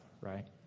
right